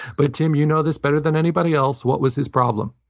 but tim, you know this better than anybody else. what was his problem?